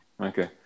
okay